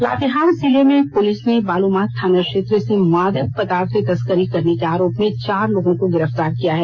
लातेहार जिले में पुलिस ने बालूमाथ थाना क्षेत्र से मादक पदार्थ तस्करी करने के आरोप में चार लोगों को गिरफ्तार किया है